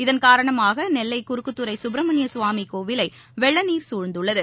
இதன் காரணமாக நெல்லை குறுக்குத்துறை குப்பிரமணிய ஸ்வாமி கோவிலை வெள்ளநீர் குழந்துள்ளது